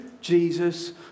Jesus